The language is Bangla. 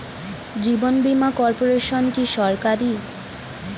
জীবন বীমা কর্পোরেশন কি সরকারি?